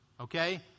Okay